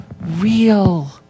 real